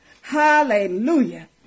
Hallelujah